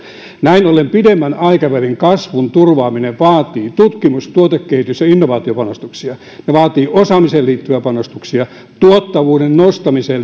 näin ollen pidemmän aikavälin kasvun turvaaminen vaatii tutkimus tuotekehitys ja innovaatiopanostuksia se vaatii osaamiseen liittyviä panostuksia tuottavuuden nostamiseen